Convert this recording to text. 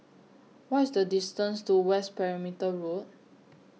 What IS The distance to West Perimeter Road